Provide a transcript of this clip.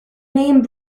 name